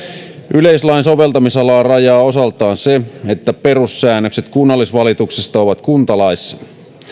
yleislain soveltamisalaa rajaa osaltaan se että perussäännökset kunnallisvalituksesta ovat kuntalaissa